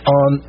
on